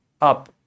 up